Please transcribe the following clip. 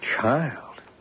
Child